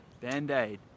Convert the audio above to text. band-aid